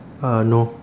uh no